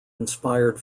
inspired